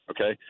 okay